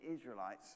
Israelites